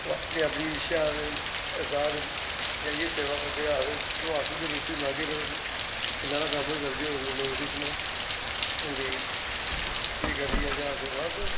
ओह् अपनी अपनी इच्छा अनुसार जाइयै सेवा करदे आखदे चलो अस बी रुट्टी बनागे इन्ना हारा कम्म गै करगे होर नेईं किश तां ते एह् करियै ते अस बस्स